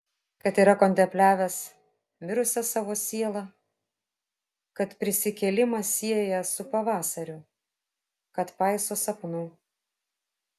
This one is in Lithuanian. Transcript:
kad yra kontempliavęs mirusią savo sielą kad prisikėlimą sieja su pavasariu kad paiso sapnų